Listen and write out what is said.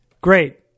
great